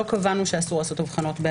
לא קבענו שאסור לעשות הבחנות.